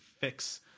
fix